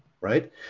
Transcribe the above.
Right